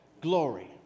glory